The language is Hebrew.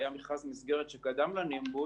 היה מכרז מסגרת שקדם לנימבוס,